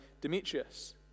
Demetrius